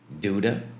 Duda